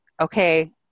okay